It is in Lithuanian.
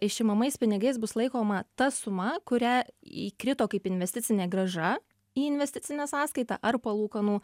išimamais pinigais bus laikoma ta suma kurią įkrito kaip investicinė grąža į investicinę sąskaitą ar palūkanų